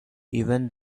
even